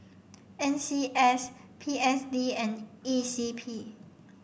N C S P S D and E C P